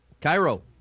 Cairo